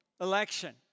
election